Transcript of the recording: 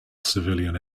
civilian